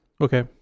Okay